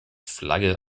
flagge